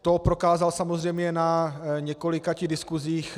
To prokázal samozřejmě na několika diskusích.